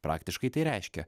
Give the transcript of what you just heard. praktiškai tai reiškia